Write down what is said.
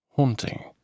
haunting